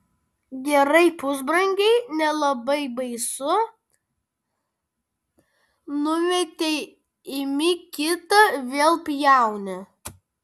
gerai pusbrangiai nelabai baisu numetei imi kitą vėl pjauni